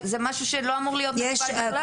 זה משהו שלא אמור להיות מקובל בכלל.